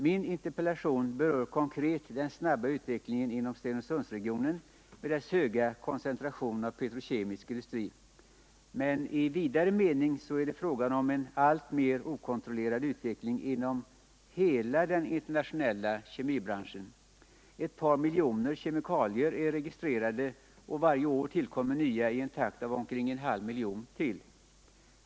Min interpellation berör konkret den snabba utvecklingen inom Stenungsundsregionen med dess höga koncentration av petrokemisk industri, men i vidare mening är det fråga om en alltmer okontrollerad utveckling inom hela den internationella kemibranschen. Ett par miljoner kemikalier är registrerade, och varje år tillkommer nya i en takt av omkring en halv miljon till.